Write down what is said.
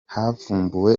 havumbuwe